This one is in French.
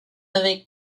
avec